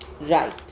right